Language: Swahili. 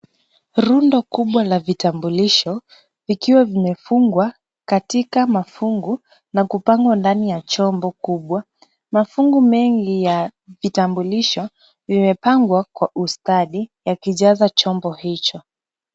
Rundo kubwa la vitambulisho vikiwa vimefungwa katika mafungu na kupangwa ndani ya chombo kubwa. Mafungu mengi ya vitambulisho, vimepangwa kwa ustadi yakijaza chombo hicho.